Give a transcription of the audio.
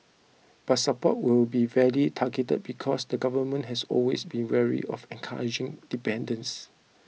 but support will be very targeted because the government has always been wary of encouraging dependence